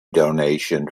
donation